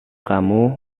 kamu